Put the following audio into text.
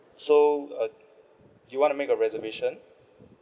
so uh you want to make a reservation